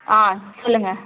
ஆ சொல்லுங்கள்